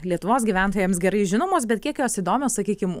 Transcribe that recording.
lietuvos gyventojams gerai žinomos bet kiek jos įdomios sakykim